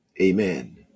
Amen